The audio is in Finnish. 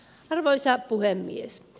arvoisa puhemies